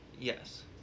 Yes